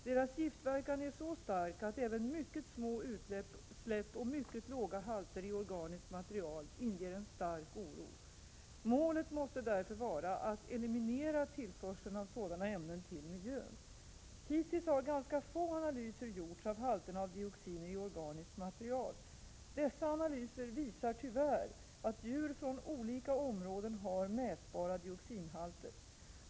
Deras giftverkan är så stark att även mycket små utsläpp och mycket låga halter i organiskt material inger en stark oro. Målet måste därför vara att eliminera tillförseln av sådana ämnen till miljön. Hittills har ganska få analyser gjorts av halterna av dioxiner i organiskt material. Dessa analyser visar tyvärr att djur från olika områden har mätbara dioxinhalter.